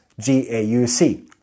GAUC